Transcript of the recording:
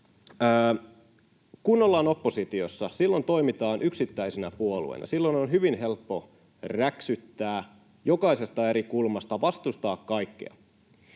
kun ollaan oppositiossa, silloin toimitaan yksittäisenä puolueena. Silloin on hyvin helppo räksyttää jokaisesta eri kulmasta, vastustaa kaikkea.